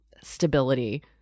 stability